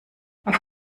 auf